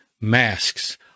masks